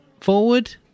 forward